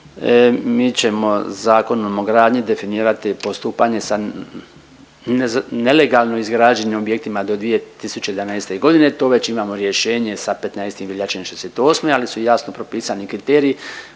mi ćemo Zakonom o gradnji definirati postupanje sa nelegalno izgrađenim objektima do 2011. godine to već imamo rješenje sa 15. veljače '68. ali su jasno propisani kriteriji